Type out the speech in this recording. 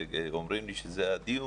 ואומרים לי שזה הדיון,